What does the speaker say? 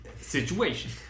situation